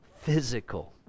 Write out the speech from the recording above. physical